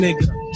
nigga